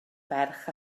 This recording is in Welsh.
ferch